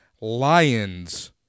lion's